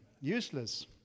Useless